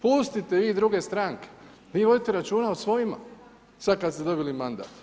Pustite vi druge stranke, vi vodite računa o svojima, sada kada ste dobili mandat.